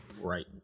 Right